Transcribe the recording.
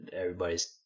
everybody's